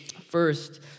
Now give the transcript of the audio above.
first